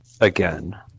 Again